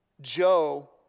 Joe